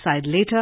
later